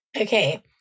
okay